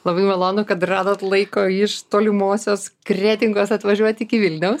labai malonu kad radot laiko iš tolimosios kretingos atvažiuot iki vilniaus